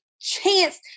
chance